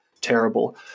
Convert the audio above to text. terrible